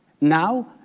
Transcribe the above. Now